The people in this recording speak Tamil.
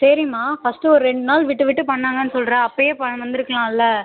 சரிமா ஃபஸ்ட்டு ஒரு ரெண்டு நாள் விட்டு விட்டு பண்ணாங்கன்னு சொல்கிற அப்பவே பண் வந்திருக்கலாம்ல